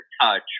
touch